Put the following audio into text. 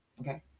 Okay